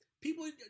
People